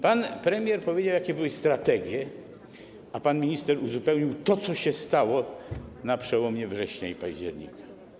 Pan premier powiedział, jakie były strategie, a pan minister uzupełnił o to, co się stało na przełomie września i października.